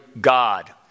God